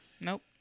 Nope